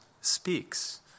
speaks